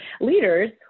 leaders